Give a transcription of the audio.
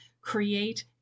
create